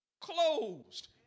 closed